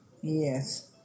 Yes